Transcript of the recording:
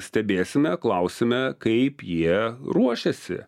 stebėsime klausime kaip jie ruošiasi